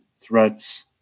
threats